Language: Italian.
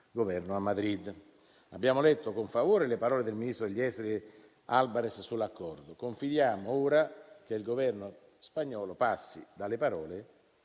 Governo a Madrid. Abbiamo letto con favore le parole del ministro degli esteri Albares sull'accordo. Confidiamo ora che il Governo spagnolo passi dalle parole